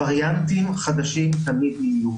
וריאנטים חדשים תמיד יהיו